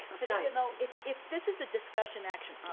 and you know if if this is a discussion action,